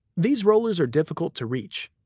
these rollers are difficult to reach,